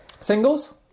Singles